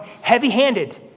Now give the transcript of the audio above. heavy-handed